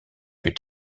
plus